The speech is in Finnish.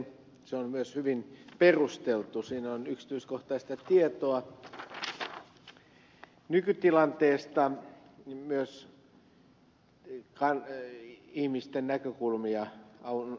se on myös hyvin perusteltu siinä on yksityiskohtaista tietoa nykytilanteesta myös ihmisten näkökulmia on avattu tähän